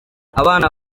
abana